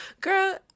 girl